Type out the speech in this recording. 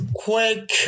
Quick